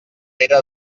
pere